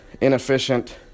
inefficient